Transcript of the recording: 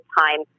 time